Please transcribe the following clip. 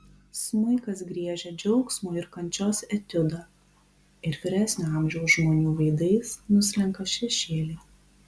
smuikas griežia džiaugsmo ir kančios etiudą ir vyresnio amžiaus žmonių veidais nuslenka šešėliai